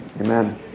Amen